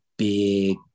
big